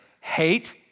hate